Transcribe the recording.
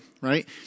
right